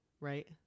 Right